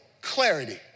clarity